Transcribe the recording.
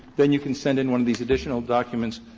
then you can send in one of these additional documents.